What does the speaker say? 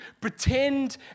pretend